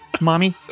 Mommy